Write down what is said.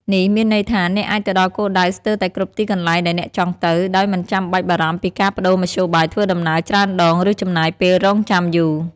នេះមានន័យថា អ្នកអាចទៅដល់គោលដៅស្ទើរតែគ្រប់ទីកន្លែងដែលអ្នកចង់ទៅ ដោយមិនចាំបាច់បារម្ភពីការប្តូរមធ្យោបាយធ្វើដំណើរច្រើនដង ឬចំណាយពេលរង់ចាំយូរ។